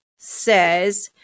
Says